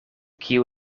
kiu